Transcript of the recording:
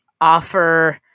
offer